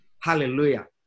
Hallelujah